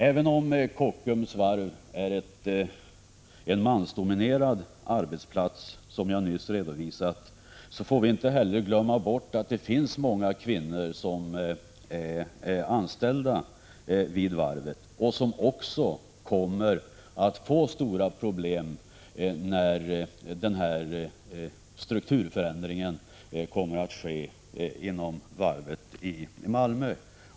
Även om Kockums varv är en mansdominerad arbetsplats — som jag nyss redovisat — får vi inte glömma bort att även många kvinnor är anställda vid varvet. Dessa kommer också att få stora problem i samband med nämnda strukturförändring inom varvet i Malmö.